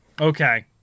Okay